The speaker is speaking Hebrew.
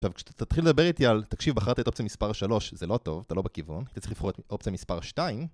עכשיו כשאתה תתחיל לדבר איתי על תקשיב בחרת את אופציה מספר 3 זה לא טוב, אתה לא בכיוון אתה צריך לבחור את אופציה מספר 2